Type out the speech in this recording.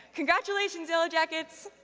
congratulations, yellow jackets!